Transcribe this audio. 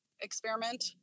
experiment